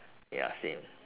ya same